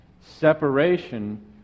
Separation